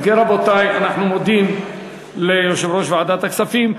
אם כן, רבותי, אנחנו מודים ליושב-ראש ועדת הכספים.